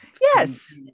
yes